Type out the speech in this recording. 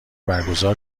برگزار